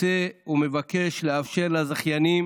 אני רוצה ומבקש לאפשר לזכיינים